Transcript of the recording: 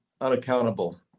unaccountable